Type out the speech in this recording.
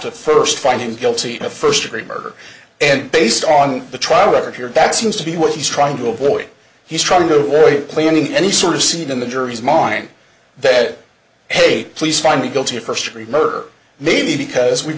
to first find him guilty of first degree murder and based on the trial record here back seems to be what he's trying to avoid he's trying to avoid planning any sort of scene in the jury's mind that hey please find me guilty of first degree murder maybe because we've